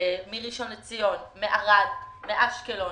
מראשון לציון, מערד, מאשקלון,